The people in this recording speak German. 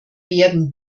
werden